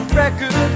record